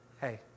Hey